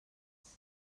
ets